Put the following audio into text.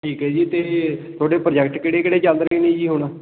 ਠੀਕ ਹੈ ਜੀ ਅਤੇ ਤੁਹਾਡੇ ਪ੍ਰੋਜੈਕਟ ਕਿਹੜੇ ਕਿਹੜੇ ਚੱਲ ਰਹੇ ਨੇ ਜੀ ਹੁਣ